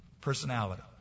personality